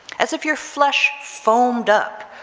as if your flesh foamed up,